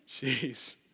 Jeez